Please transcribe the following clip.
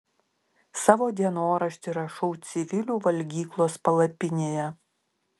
savo dienoraštį rašau civilių valgyklos palapinėje